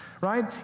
Right